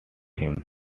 him